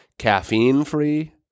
caffeine-free